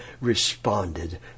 responded